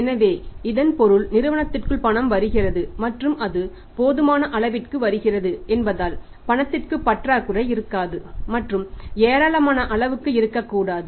எனவே இதன் பொருள் நிறுவனத்துக்குள் பணம் வருகிறது மற்றும் அது போதுமான அளவிற்கு வருகிறது என்பதால் பணத்திற்கு பற்றாக்குறை இருக்காது மற்றும் ஏராளமான அளவுக்கு இருக்கக்கூடாது